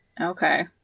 Okay